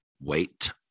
Wait